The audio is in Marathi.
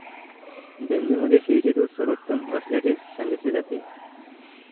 डेंग्यू मध्ये शेळीचे दूध सर्वोत्तम असल्याचे सांगितले जाते